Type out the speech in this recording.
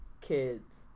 kids